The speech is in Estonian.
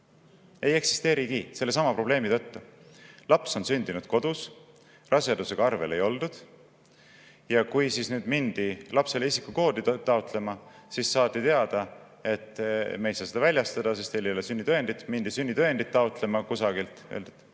Ei eksisteeri sellesama probleemi tõttu. Laps on sündinud kodus, rasedusega arvel ei oldud. Ja kui mindi lapsele isikukoodi taotlema, siis saadi teada, et seda ei saa väljastada, sest ei ole sünnitõendit. Mindi sünnitõendit taotlema kuhugi,